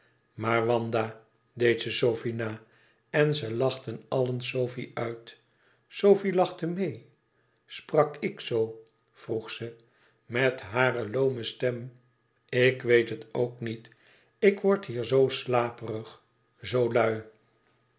maar wanda deed ze sofie na en ze lachten allen sofie uit sofie lachte meê sprak ik zoo vroeg ze met hare loome stem ik weet het ook niet ik word hier zoo slaperig zoo lui